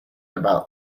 about